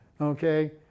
Okay